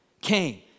came